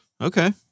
Okay